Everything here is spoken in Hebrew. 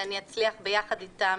שאני אצליח ביחד איתם,